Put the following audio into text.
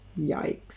Yikes